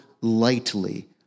lightly